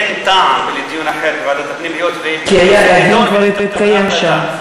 אין טעם בדיון אחר בוועדת הפנים היות שהתקבלה החלטה.